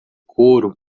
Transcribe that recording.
couro